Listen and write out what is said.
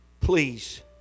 please